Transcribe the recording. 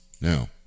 Now